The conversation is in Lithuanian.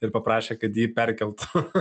ir paprašė kad jį perkeltų